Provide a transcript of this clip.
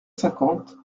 cinquante